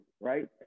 right